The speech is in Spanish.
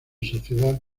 sociedad